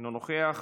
אינו נוכח,